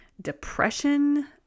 depression